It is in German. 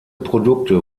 produkte